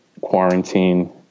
quarantine